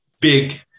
big